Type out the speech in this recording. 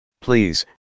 Please